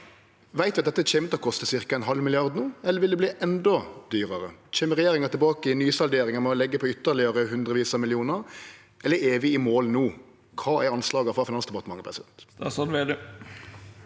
Veit ein at det kjem til å koste ca. ein halv milliard, eller vil det verte endå dyrare? Kjem regjeringa tilbake i nysalderinga og legg på ytterlegare hundrevis av millionar, eller er vi i mål no? Kva er anslaga frå Finansdepartementet?